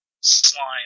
slime